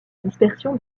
dispersion